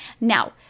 Now